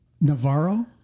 Navarro